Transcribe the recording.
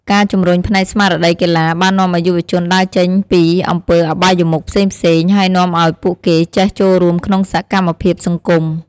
ការជម្រុញផ្នែកស្មារតីកីឡា បាននាំឲ្យយុវជនដើរចេញពីអំពើអបាយមុខផ្សេងៗ ហើយនាំអោយពួកគេចេះចូលរួមក្នុងសកម្មភាពសង្គម។